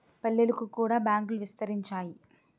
పల్లెలకు కూడా బ్యాంకులు విస్తరించాయి